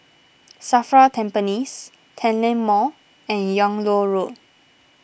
Safra Tampines Tanglin Mall and Yung Loh Road